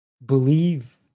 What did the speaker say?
Believe